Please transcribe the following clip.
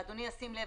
ואדוני ישים לב,